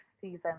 season